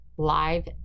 live